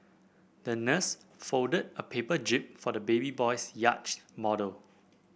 the nurse folded a paper jib for the baby boy's yacht model